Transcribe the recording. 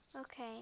okay